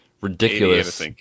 ridiculous